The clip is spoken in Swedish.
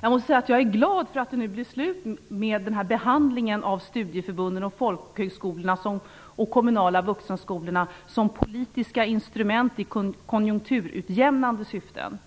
Jag måste säga att jag är glad för att det nu blir slut med att behandla studieförbunden, folkhögskolorna och de kommunala vuxenskolorna som politiska instrument i konjunkturutjämnande syfte.